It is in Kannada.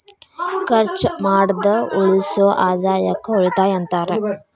ಖರ್ಚ್ ಮಾಡ್ದ ಉಳಿಸೋ ಆದಾಯಕ್ಕ ಉಳಿತಾಯ ಅಂತಾರ